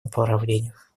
направлениях